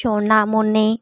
Sonamoni